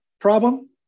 problem